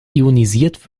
ionisiert